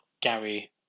Gary